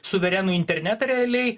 suverenų internetą realiai